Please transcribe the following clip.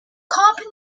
company